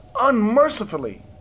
unmercifully